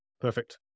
Perfect